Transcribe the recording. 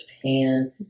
Japan